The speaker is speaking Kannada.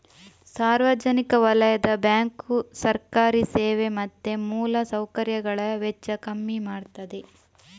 ಸಾರ್ವಜನಿಕ ವಲಯದ ಬ್ಯಾಂಕು ಸರ್ಕಾರಿ ಸೇವೆ ಮತ್ತೆ ಮೂಲ ಸೌಕರ್ಯಗಳ ವೆಚ್ಚ ಕಮ್ಮಿ ಮಾಡ್ತದೆ